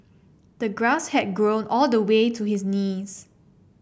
the grass had grown all the way to his knees